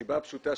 מהסיבה הפשוטה,